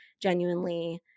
genuinely